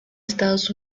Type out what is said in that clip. estados